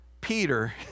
Peter